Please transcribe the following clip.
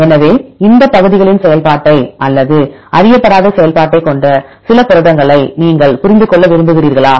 எனவே இந்த பகுதிகளின் செயல்பாட்டை அல்லது அறியப்படாத செயல்பாட்டைக் கொண்ட சில புரதங்களை நீங்கள் புரிந்து கொள்ள விரும்புகிறீர்களா